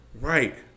Right